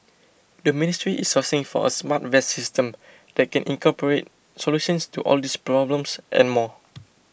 the ministry is sourcing for a smart vest system that can incorporate solutions to all these problems and more